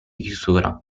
chiusura